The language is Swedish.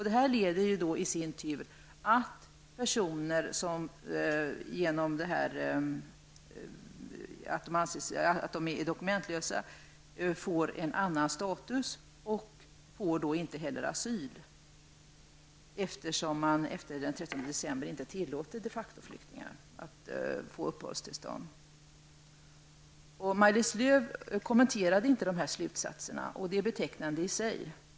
Detta leder i sin tur till att personer som är dokumentlösa får en annan status och då inte heller får asyl, eftersom man efter den 13 december inte ger uppehållstillstånd till de facto-flyktingar. Maj-Lis Lööw kommenterade inte dessa slutsatser, och det är betecknande i sig.